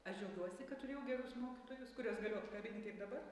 aš džiaugiuosi kad turėjau gerus mokytojus kuriuos galiu apkabint ir dabar